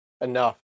enough